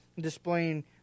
displaying